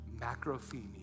Macrophemia